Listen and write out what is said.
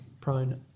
prone